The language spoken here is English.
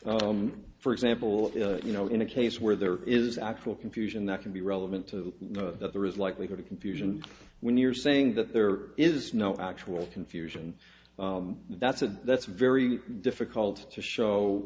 for example you know in a case where there is actual confusion that can be relevant to know that there is likelihood of confusion when you're saying that there is no actual confusion that's a that's very difficult to